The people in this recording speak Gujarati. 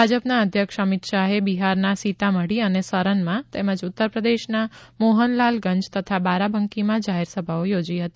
ભાજપના અધ્યક્ષ અમિત શાહે બિહારના સીતામઢી અને સરનમાં તેમજ ઉત્તરપ્રદેશના મોહનલાલગંજ તથા બારાબાંકીમાં જાહેરસભાઓ યોજી હતી